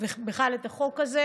ובכלל את החוק הזה,